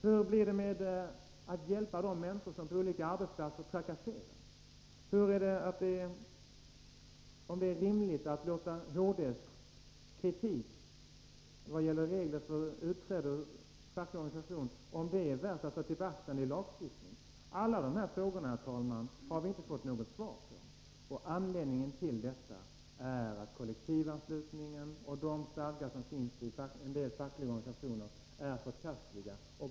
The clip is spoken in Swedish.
Hur blir det med att hjälpa de människor på olika arbetsplatser som trakasseras? Är HD:s kritik när det gäller reglerna för utträde ur facklig organisation värd att ta till beaktande i lagstiftning? Dessa frågor har vi inte fått något svar på, och anledningen till detta är att kollektivanslutningen och de stadgar som finns i en del fackliga organisationer är förkastliga.